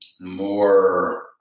more